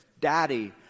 Daddy